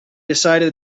decided